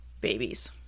babies